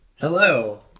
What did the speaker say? Hello